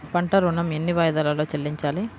పంట ఋణం ఎన్ని వాయిదాలలో చెల్లించాలి?